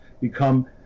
become